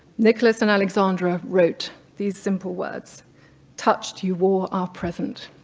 nicholas and alexandra wrote these simple words touched you wore our present.